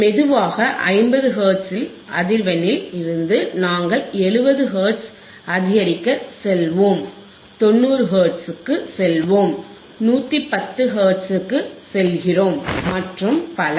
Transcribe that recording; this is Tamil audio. மெதுவாக 50 ஹெர்ட்ஸில் அதிர்வெண்இல் இருந்து நாங்கள் 70 ஹெர்ட்ஸுக்கு அதிகரிக்க செல்வோம் 90 ஹெர்ட்ஸுக்கு செல்வோம் 110ஹெர்ட்ஸ் க்கு செல்கிறோம் மற்றும் பல